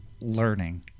learning